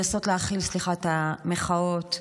המחאות,